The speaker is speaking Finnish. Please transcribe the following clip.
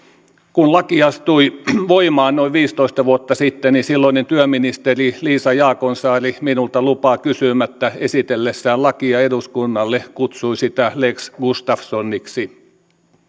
kun laki astui voimaan noin viisitoista vuotta sitten niin silloinen työministeri liisa jaakonsaari minulta lupaa kysymättä esitellessään lakia eduskunnalle kutsui sitä lex gustafssoniksi